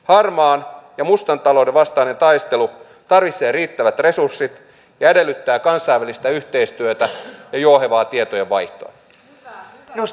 harmaan ja mustan talouden vastainen taistelu tarvitsee riittävät resurssit ja edellyttää kansainvälistä yhteistyötä ja jouhevaa tietojenvaihtoa